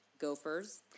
gophers